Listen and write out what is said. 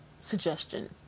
suggestion